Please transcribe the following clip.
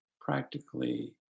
practically